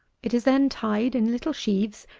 it is then tied in little sheaves,